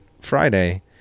friday